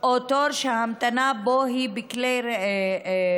או תור שההמתנה בו היא בכלי רכב,